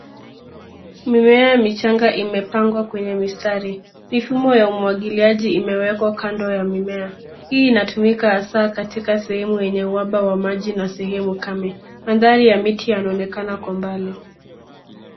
Mimea michanga imepangwa kwenye mistari. Mifumo ya umwagiliaji imewekwa kando ya mimea. Hii inatumika hasa katika sehemu yenye uhaba wa maji na sehemu kame. Mandhari ya miti yanaonekana kwa mbali.